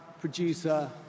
producer